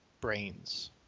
brains